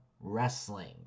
wrestling